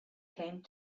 came